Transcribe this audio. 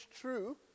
true